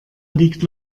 liegt